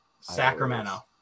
Sacramento